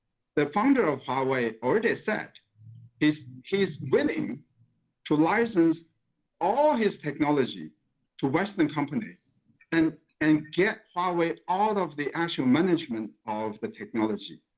the founder of huawei ah already said he is willing to license all his technology to western company and and get huawei all of the actual management of the technology.